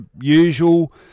usual